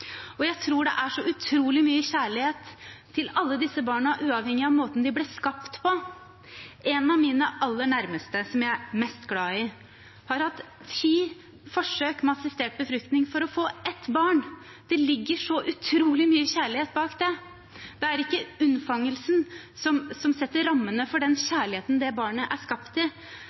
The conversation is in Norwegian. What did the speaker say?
Jeg tror det er så utrolig mye kjærlighet til alle disse barna uavhengig av måten de ble skapt på. En av mine aller nærmeste som jeg er mest glad i, har hatt ti forsøk med assistert befruktning for å få ett barn. Det ligger så utrolig mye kjærlighet bak det. Det er ikke unnfangelsen som setter rammene for den kjærligheten det barnet er skapt